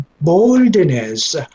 boldness